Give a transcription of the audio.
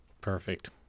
Perfect